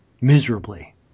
miserably